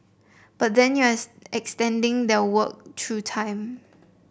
but then you're extending their work through time